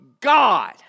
God